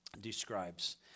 describes